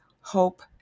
hope